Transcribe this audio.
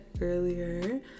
earlier